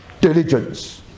diligence